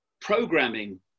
programming